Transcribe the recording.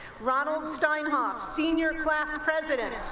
ronald steinhoff, senior class president